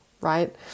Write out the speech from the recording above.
right